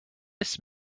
this